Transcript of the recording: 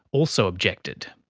also objected.